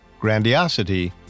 grandiosity